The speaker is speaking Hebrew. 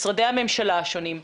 משרדי הממשלה השונים,